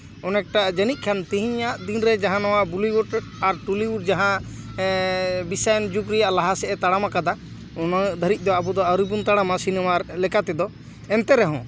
ᱚᱱᱮᱠᱴᱟ ᱡᱟᱹᱱᱤᱡ ᱠᱷᱟᱱ ᱛᱮᱦᱤᱧᱟᱜ ᱫᱤᱱᱨᱮ ᱡᱟᱦᱟᱸ ᱱᱚᱣᱟ ᱵᱚᱞᱤᱣᱩᱰ ᱟᱨ ᱴᱚᱞᱤᱣᱩᱰ ᱡᱟᱦᱟᱸ ᱵᱤᱥᱥᱟᱭᱟᱱ ᱡᱩᱜᱽ ᱨᱮᱭᱟᱜ ᱞᱟᱦᱟᱥᱮᱜ ᱮ ᱛᱟᱲᱟᱢ ᱠᱟᱫᱟ ᱩᱱᱟᱜ ᱫᱷᱟᱹᱨᱤᱡ ᱫᱚ ᱟᱵᱚ ᱫᱚ ᱟᱹᱣᱨᱤ ᱵᱚᱱ ᱛᱟᱲᱟᱢᱟ ᱥᱤᱱᱮᱢᱟ ᱞᱮᱠᱟ ᱛᱮᱫᱚ ᱮᱱᱛᱮ ᱨᱮᱦᱚᱸ